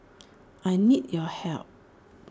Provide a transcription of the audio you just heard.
I need your help